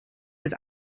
his